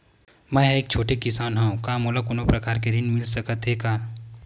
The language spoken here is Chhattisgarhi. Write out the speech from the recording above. मै ह एक छोटे किसान हंव का मोला कोनो प्रकार के ऋण मिल सकत हे का?